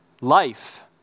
life